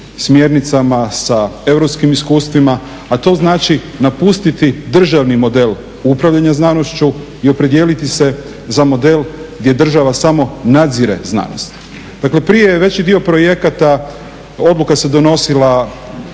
smjernicama, sa europskih iskustvima a to znači napustiti državni model upravljanja znanošću i opredijeliti se za model gdje država samo nadzire znanost. Dakle, prije je veći dio projekata, odluka se donosila